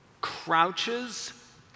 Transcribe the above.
...crouches